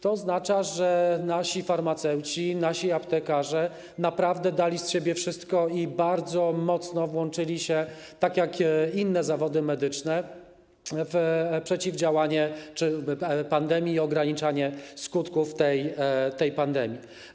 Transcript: To oznacza, że nasi farmaceuci, nasi aptekarze naprawdę dali z siebie wszystko i bardzo mocno włączyli się, tak jak i inne zawody medyczne, w przeciwdziałanie pandemii i ograniczanie skutków tej pandemii.